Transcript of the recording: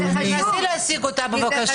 תנסי להשיג את נציגת הביטוח הלאומי, בבקשה.